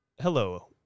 Hello